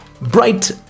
bright